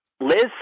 Liz